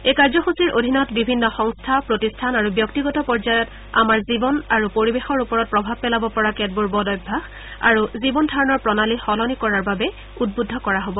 এই কাৰ্যসূচীৰ অধীনত বিভিন্ন সংস্থা প্ৰতিষ্ঠান আৰু ব্যক্তিগত পৰ্যায়ত আমাৰ জীৱনৰ পৰিবেশনৰ ওপৰত প্ৰভাৱ পেলাব পৰা কেতবোৰ বদভ্যাস আৰু জীৱন ধাৰণৰ প্ৰণালী সলনি কৰাৰ বাবে উদ্বুদ্ধ কৰা হব